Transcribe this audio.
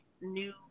new